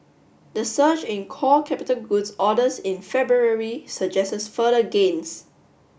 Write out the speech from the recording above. the surge in core capital goods orders in February suggests further gains